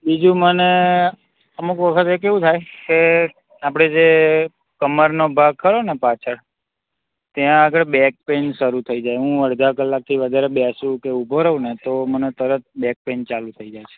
બીજું મને અમુક વખત કેવું થાય કે આપણે જે કમરનો ભાગ ખરો ને પાછળ ત્યાં આગળ બેક પેન શરૂ થઈ જાય હું અડધા કલાકથી વધારે બેસું કે ઊભો રહું ને તો મને તરત બેક પેન ચાલું થઈ જાય